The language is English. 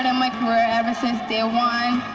um my career ever since day one.